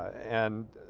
and